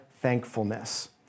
thankfulness